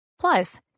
Plus